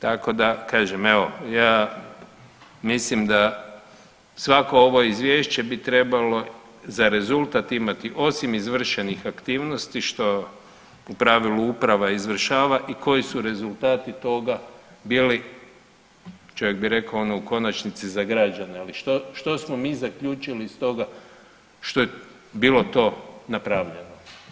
Tako da kažem evo, ja mislim da svako ovo izvješće bi trebalo za rezultat imati osim izvršenih aktivnosti što u pravilu uprava izvršava i koji su rezultati toga bili, čovjek bi rekao ono u konačnici za građane, ali što smo mi zaključili iz toga što je bilo to napravljeno.